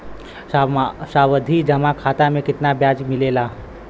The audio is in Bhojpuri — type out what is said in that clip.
सावधि जमा खाता मे कितना ब्याज मिले ला?